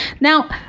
Now